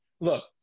Look